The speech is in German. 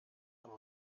aber